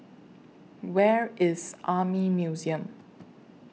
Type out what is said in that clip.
Where IS Army Museum